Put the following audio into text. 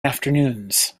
afternoons